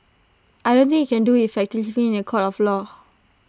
I don't think you can do effectively in A court of law